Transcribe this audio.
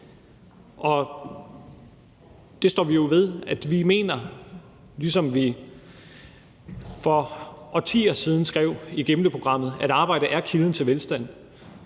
det står vi jo ved. Vi mener – som vi for årtier siden skrev i Gimleprogrammet – at arbejde er kilden til velstand,